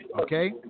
Okay